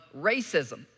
racism